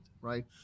right